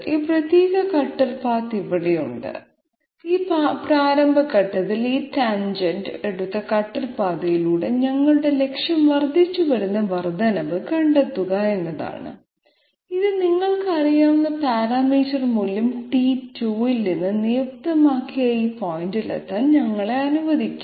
ഈ പ്രത്യേക cutter path ഇവിടെയുണ്ട് ഈ പ്രാരംഭ ഘട്ടത്തിൽ ഈ ടാൻജെന്റ് എടുത്ത കട്ടർ പാതയിലൂടെ ഞങ്ങളുടെ ലക്ഷ്യം വർദ്ധിച്ചുവരുന്ന വർദ്ധനവ് കണ്ടെത്തുക എന്നതാണ് ഇത് നിങ്ങൾക്ക് അറിയാവുന്ന പാരാമീറ്റർ മൂല്യം t2 ൽ നിന്ന് നിയുക്തമാക്കിയ ഈ പോയിന്റിലെത്താൻ ഞങ്ങളെ അനുവദിക്കും